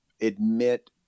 admit